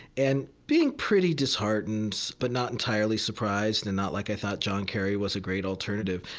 and being pretty disheartened but not entirely surprised, and not like i thought john kerry was a great alternative.